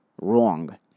wrong